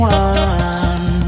one